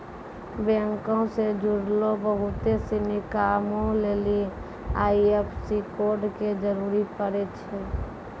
बैंको से जुड़लो बहुते सिनी कामो लेली आई.एफ.एस.सी कोड के जरूरी पड़ै छै